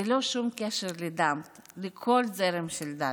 ללא שום קשר לדת, לכל זרם של דת.